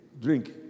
drink